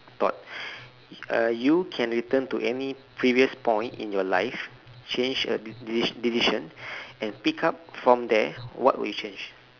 thought uh you can return to any previous point in your life change a deci~ decision and pick up from there what would you change